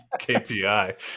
KPI